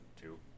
Two